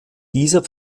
dieser